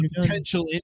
potential